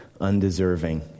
undeserving